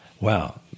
Wow